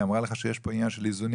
היא אמרה לך שיש פה עניין של איזונים